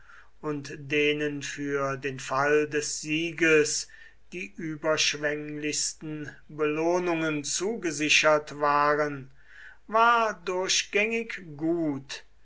und denen für den fall des sieges die überschwenglichsten belohnungen zugesichert waren war durchgängig gut